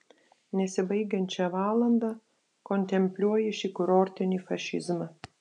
nesibaigiančią valandą kontempliuoji šį kurortinį fašizmą